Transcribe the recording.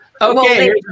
Okay